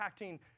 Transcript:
impacting